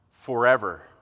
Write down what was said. forever